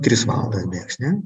tris valandas bėgs ne